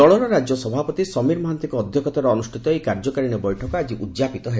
ଦଳର ରାଜ୍ୟ ସଭାପତି ସମୀର ମହାତ୍ତିଙ୍କ ଅଧ୍ଧକ୍ଷତାରେ ଅନୁଷ୍ପତ ଏହି କାର୍ଯ୍ୟକାରିଶୀ ବୈଠକ ଆକି ଉଦ୍ଯାପିତ ହେବ